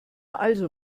also